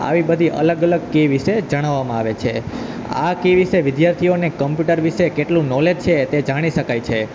આવી બધી અલગ અલગ કી વિશે જણાવવામાં આવે છે આ કી વિશે વિદ્યાર્થીઓને કમ્પ્યુટર વિશે કેટલું નોલેજ છે તે જાણી શકાય છે